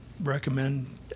recommend